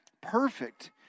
perfect